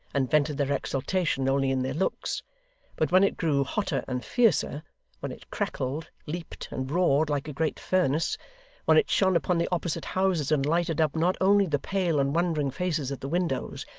and vented their exultation only in their looks but when it grew hotter and fiercer when it crackled, leaped, and roared, like a great furnace when it shone upon the opposite houses, and lighted up not only the pale and wondering faces at the windows,